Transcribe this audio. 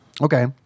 Okay